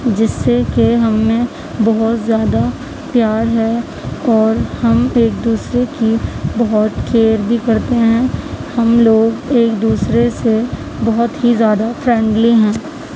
جس سے کہ ہم میں بہت زیادہ پیار ہے اور ہم ایک دوسرے کی بہت کیئر بھی کرتے ہیں ہم لوگ ایک دوسرے سے بہت ہی زیادہ فرینڈلی ہیں